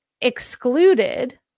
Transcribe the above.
excluded